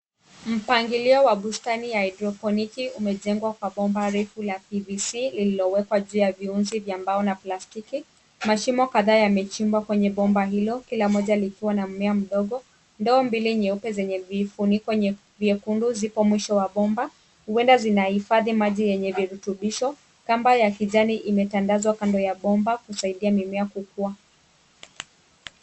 Mpangilio wa bustani ya haedroponiki umejengwa kwa bomba refu la PVC lililowekwa juu ya viunzi vya mbao na plastiki. Mashimo kadhaa yamechimbwa kwenye bomba hilo kila moja likiwa na mmea mdogo. Ndoo mbili nyeupe zenye vifuniko vyekundu viko mwisho wa bomba huenda zinahifadhi maji yenye virutubisho. Kamba ya kijani imetandazwa kando ya bomba kusaidia mimea kukua.